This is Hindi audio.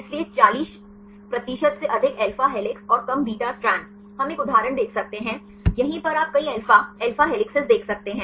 इसलिए 40 प्रतिशत से अधिक अल्फा हेलिसेस और कम बीटा स्ट्रैंड्स हम एक उदाहरण देख सकते हैं यहीं पर आप कई अल्फा अल्फा हेलिसेस देख सकते हैं